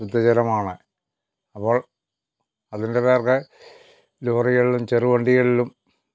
ശുദ്ധജലമാണ് അപ്പോൾ അതിൻ്റെ നേർക്ക് ലോറികളിലും ചെറു വണ്ടികളിലും